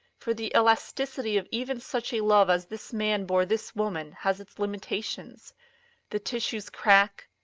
for the elasticity of even such a love as this man bore this woman has its limitations the tissues crack,